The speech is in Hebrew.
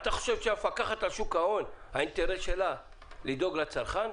אתה חושב שהאינטרס של המפקחת על שוק ההון הוא לדאוג לצרכן,